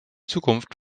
zukunft